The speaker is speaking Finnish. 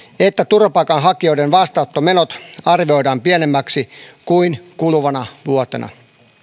että turvapaikanhakijoiden vastaanottomenot arvioidaan pienemmiksi kuin kuluvana vuotena